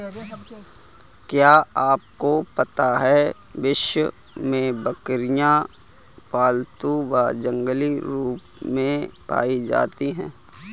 क्या आपको पता है विश्व में बकरियाँ पालतू व जंगली रूप में पाई जाती हैं?